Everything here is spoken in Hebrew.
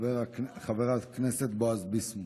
חבר הכנסת בועז ביסמוט.